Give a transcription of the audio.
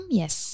yes